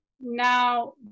Now